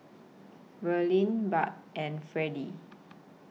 Verlene Barb and Fredie